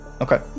Okay